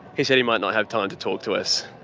he said he might not have time to talk to us.